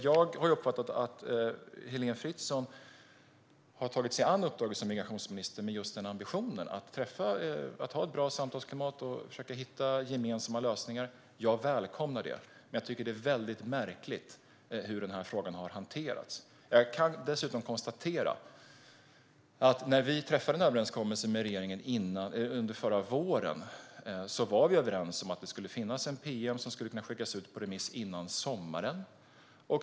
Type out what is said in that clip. Jag har uppfattat att Heléne Fritzon har tagit sig an uppdraget som migrationsminister med just den ambitionen - att ha ett bra samtalsklimat och försöka hitta gemensamma lösningar. Jag välkomnar det, men jag tycker att det är märkligt hur den här frågan har hanterats. Jag kan dessutom konstatera att när vi träffade en överenskommelse med regeringen förra våren var vi överens om att det skulle finnas ett pm som skulle kunna skickas ut på remiss före sommaren.